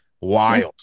Wild